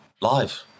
live